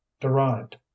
derived